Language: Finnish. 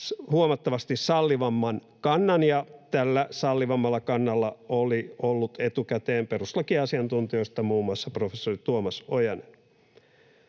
huomattavasti sallivamman kannan, ja tällä sallivammalla kannalla oli ollut etukäteen perustuslakiasiantuntijoista muun muassa professori Tuomas Ojanen.